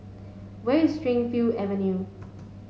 where is Avenue